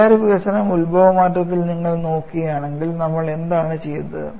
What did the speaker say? പരിഹാര വികസനം ഉത്ഭവമാറ്റത്തിൽ നിങ്ങൾ നോക്കുകയാണെങ്കിൽ നമ്മൾ എന്താണ് ചെയ്തത്